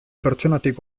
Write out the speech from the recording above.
pertsonatik